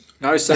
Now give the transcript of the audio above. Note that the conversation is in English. No